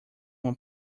uma